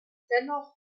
dennoch